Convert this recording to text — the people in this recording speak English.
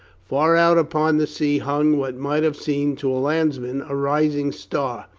far out upon the sea hung what might have seemed to a landsman a rising star,